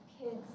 kids